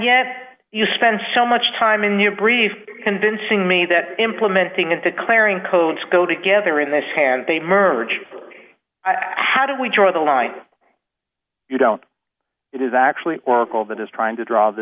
yet you spend so much time in your brief convincing me that implementing and declaring coach go together in this hand they merge how do we draw the line you don't it is actually oracle that is trying to draw the